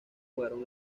jugaron